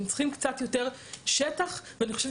הם צריכים קצת יותר שטח ואני חושבת